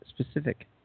specific